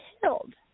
killed